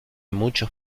muchos